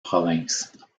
provinces